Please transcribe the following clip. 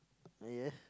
yes